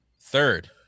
Third